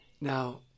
Now